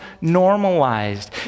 normalized